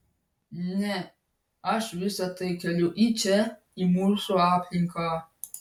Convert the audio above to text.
ne aš visa tai keliu į čia į mūsų aplinką